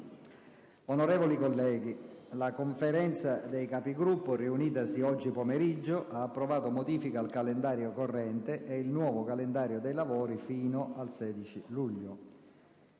Onorevoli colleghi, la Conferenza dei Capigruppo riunitasi oggi pomeriggio ha approvato modifiche al calendario corrente e il nuovo calendario dei lavori fino al 16 luglio.